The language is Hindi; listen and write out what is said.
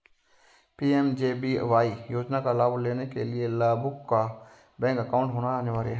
पी.एम.जे.बी.वाई योजना का लाभ लेने के लिया लाभुक का बैंक अकाउंट होना अनिवार्य है